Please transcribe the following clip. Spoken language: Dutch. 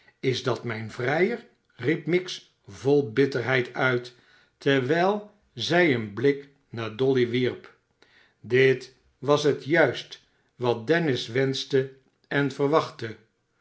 is dat mijn vrijer riep miggs vol bitterheid ait terwijl zij een blik naar dolly wierp dit was het juist wat dennis wenschte en verwachtte